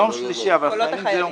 יום שלישי, אבל החיילים זה יום